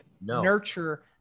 nurture